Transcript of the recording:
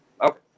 Okay